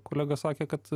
kolegos sakė kad